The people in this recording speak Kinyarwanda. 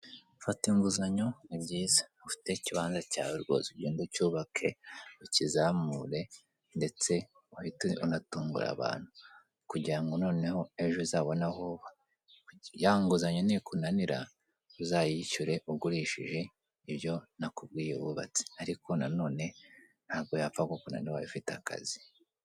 Gufata inguzanyo nibyiza ufite, ikibanza cyawe rwose ugende cyubake ukizamure, ndetse uhite unatunguye abantu kugira ngo noneho ejo uzabona aho uba, ya nguzanyo nikunanira uzayishyure ugurishije ibyo nakubwiye wubatse ariko nanone, ntabwo yapfa kukunanira ubaye ufite akazi.